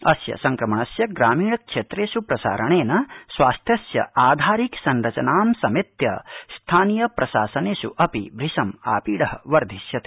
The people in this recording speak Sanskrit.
अस्य संक्रमणस्य ग्रामीणक्षेत्रेष् प्रसारणेन स्वास्थ्यस्य आधारिक संरचनां समेत्य स्थानीय प्रशासवेष् अपि भूशं आपीड वर्धिष्यते